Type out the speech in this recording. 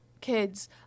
kids